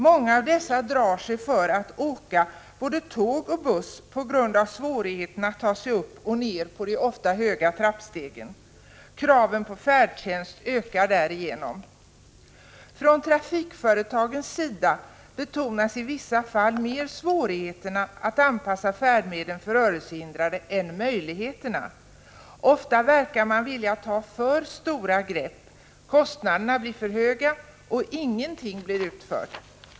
Många av dessa drar sig för att åka tåg och buss på grund av svårigheten att ta sig upp och ned på de ofta höga trappstegen. Kraven på färdtjänst ökar därigenom. Från trafikföretagens sida betonas i vissa fall svårigheterna att anpassa färdmedlen för rörelsehindrade mer än möjligheterna. Ofta verkar man vilja ta för stora grepp: kostnaderna blir för höga och ingenting blir utfört.